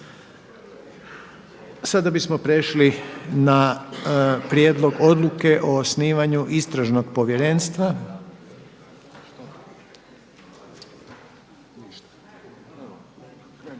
Sljedeća točka je Prijedlog odluke o osnivanju Istražnog povjerenstva